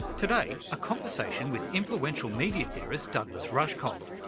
today, a conversation with influential media theorist douglas rushkoff,